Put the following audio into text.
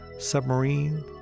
submarine